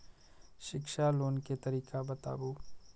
शिक्षा लोन के तरीका बताबू?